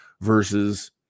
versus